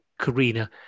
Karina